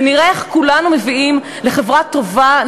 ונראה איך כולנו מביאים לחברה טובה,